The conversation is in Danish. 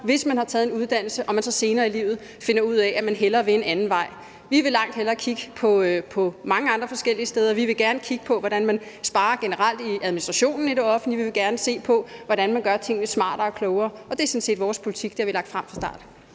om man har taget en uddannelse og senere i livet finder ud af, at man hellere vil en anden vej. Vi vil langt hellere kigge på mange andre forskellige ting. Vi vil gerne kigge på, hvordan man generelt kan spare på administrationen i det offentlige. Vi vil gerne se på, hvordan man kan gøre tingene smartere og klogere. Det er sådan set vores politik. Det har vi lagt frem fra start.